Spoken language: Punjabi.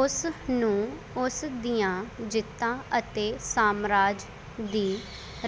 ਉਸ ਨੂੰ ਉਸ ਦੀਆਂ ਜਿੱਤਾਂ ਅਤੇ ਸਾਮਰਾਜ ਦੀ